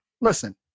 listen